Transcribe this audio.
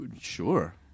Sure